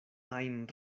ajn